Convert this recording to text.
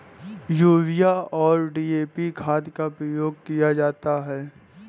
urea और DAP खाद का प्रयोग किया जाता है